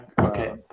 okay